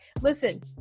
listen